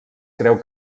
creu